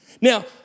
Now